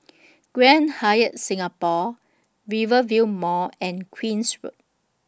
Grand Hyatt Singapore Rivervale Mall and Queen's Road